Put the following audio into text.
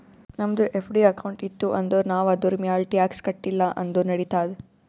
ನಮ್ದು FD account ಇತ್ತು ಅಂದುರ್ ನಾವ್ ಅದುರ್ಮ್ಯಾಲ್ ಟ್ಯಾಕ್ಸ್ ಕಟ್ಟಿಲ ಅಂದುರ್ ನಡಿತ್ತಾದ್